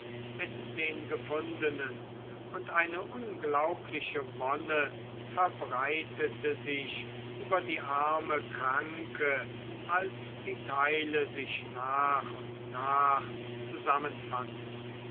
mit den gefundenen und eine unglaubliche wonne verbreitete sich über die arme kranke als die teile sich nach und nach zusammenfanden